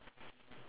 really